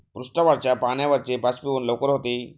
पृष्ठावरच्या पाण्याचे बाष्पीभवन लवकर होते